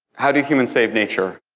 how do humans save nature?